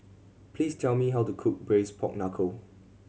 please tell me how to cook braise pork knuckle